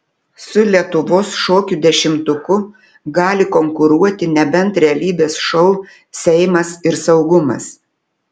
su lietuvos šokių dešimtuku gali konkuruoti nebent realybės šou seimas ir saugumas